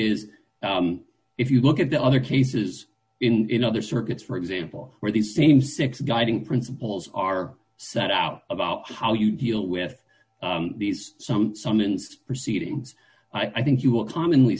is if you look at the other cases in other circuits for example where the same six guiding principles are set out about how you deal with these some summonsed proceedings i think you will commonly